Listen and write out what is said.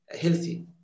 healthy